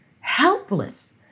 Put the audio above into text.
helpless